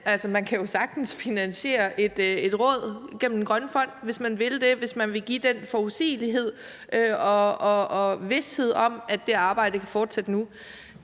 Man kan jo sagtens finansiere et råd gennem den grønne fond, hvis man vil det, og hvis man vil give den forudsigelighed og vished om, at det arbejde kan fortsætte nu.